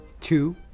two